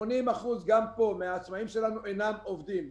80% מהעצמאים שלנו אינם עובדים.